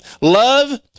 Love